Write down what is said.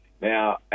Now